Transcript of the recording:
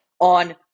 on